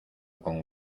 con